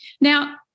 Now